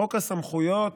חוק הסמכויות,